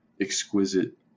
exquisite